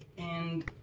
and,